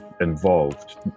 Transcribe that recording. involved